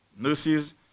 nurses